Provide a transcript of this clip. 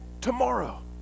tomorrow